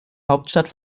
hauptstadt